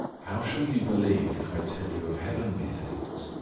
how shall you believe if i tell you of heavenly things?